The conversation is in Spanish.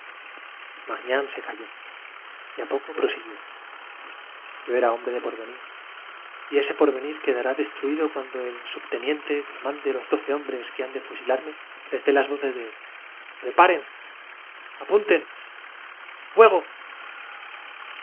magnán se calló y a poco prosiguió yo era hombre de porvenir y ese porvenir quedará des truido cuando el subteniente que mande los doce hombres que han de fusilarme les dé las voces de preparen apunten fuego